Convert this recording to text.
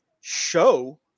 show